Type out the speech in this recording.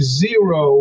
zero